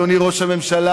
אדוני ראש הממשלה,